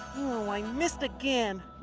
oh, i missed again.